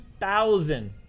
thousand